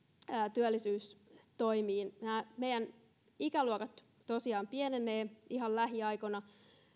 työllisyystoimiin meidän ikäluokat tosiaan pienenevät ihan lähiaikoina